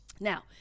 now